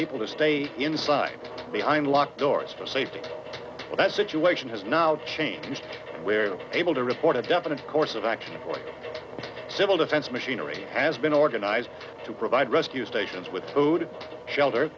people to stay inside behind locked doors for safety that situation has now changed where able to report a definite course of action civil defense machinery has been organized to provide rescue stations with food shelter